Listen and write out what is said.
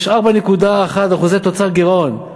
יש 4.1% תוצר גירעון.